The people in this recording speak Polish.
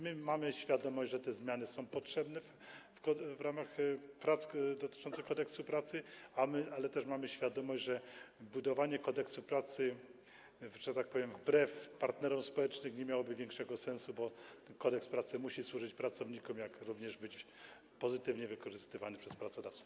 My mamy świadomość, że te zmiany są potrzebne w ramach prac dotyczących Kodeksu pracy, ale też mamy świadomość, że budowanie Kodeksu pracy wbrew partnerom społecznym nie miałoby większego sensu, bo ten Kodeks pracy musi służyć pracownikom, jak również musi być pozytywnie wykorzystywany przez pracodawców.